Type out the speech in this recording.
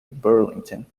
burlington